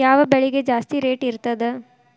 ಯಾವ ಬೆಳಿಗೆ ಜಾಸ್ತಿ ರೇಟ್ ಇರ್ತದ?